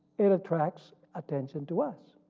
it attracts attention to us.